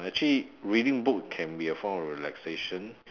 actually reading book can be a form of relaxation